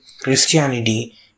Christianity